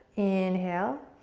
inhale.